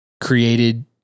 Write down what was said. created